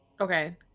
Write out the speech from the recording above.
Okay